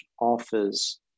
offers